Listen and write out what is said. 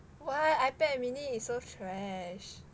why ipad mini is so fresh